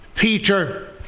Peter